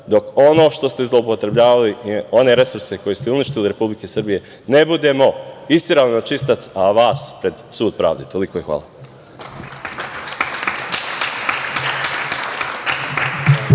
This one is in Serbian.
dok ono što ste zloupotrebljavali i one resurse koje ste uništili u Republici Srbiji, ne budemo isterali na čistac, a vas pred sud pravde. Toliko i hvala.